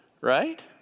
Right